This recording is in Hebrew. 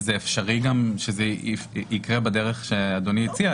זה אפשרי גם שזה יקרה בדרך שאדוני הציע,